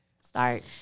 start